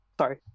Sorry